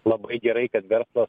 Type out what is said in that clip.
labai gerai kad verslas